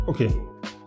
Okay